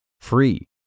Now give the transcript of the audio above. Free